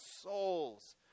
souls